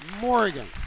Morgan